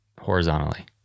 horizontally